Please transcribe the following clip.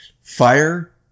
fire